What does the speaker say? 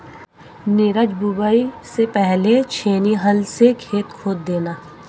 नीरज बुवाई से पहले छेनी हल से खेत खोद देना